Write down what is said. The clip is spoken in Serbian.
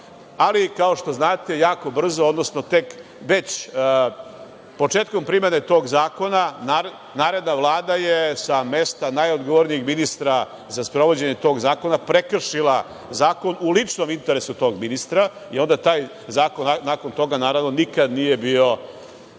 ali, kao što znate jako brzo, odnosno već početkom primenom tog zakona naredna Vlada je sa mesta najodgovornijih ministra za sprovođenje tog zakona prekršila zakon u ličnom interesu tog ministra i onda taj zakon nakon toga, naravno, nikada nije bio